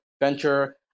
venture